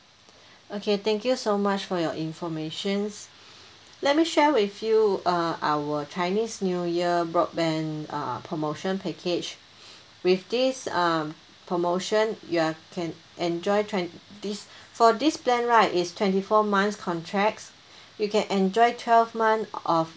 okay thank you so much for your informations let me share with you uh our chinese new year broadband uh promotion package with these um promotion you're can enjoy twen~ this for this plan right is twenty four months contracts you can enjoy twelve month of